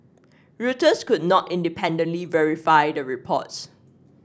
Reuters could not independently verify the reports